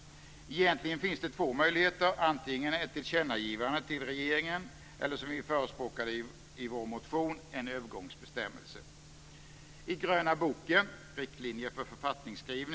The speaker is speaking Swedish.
Egentligen finns det två möjligheter, antingen ett tillkännagivande till regeringen eller en övergångsbestämmelse, som vi förespråkar i vår motion.